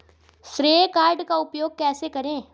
श्रेय कार्ड का उपयोग कैसे करें?